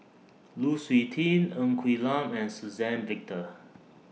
Lu Suitin Ng Quee Lam and Suzann Victor